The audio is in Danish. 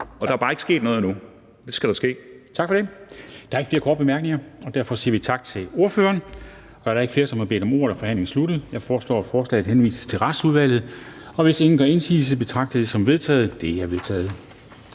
noget nu. Kl. 11:20 Formanden (Henrik Dam Kristensen): Tak for det. Der er ikke flere korte bemærkninger, og derfor siger vi tak til ordføreren. Da der ikke er flere, som har bedt om ordet, er forhandlingen sluttet. Jeg foreslår, at lovforslaget henvises til Retsudvalget. Hvis ingen gør indsigelse, betragter jeg det som vedtaget. Det er vedtaget.